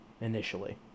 initially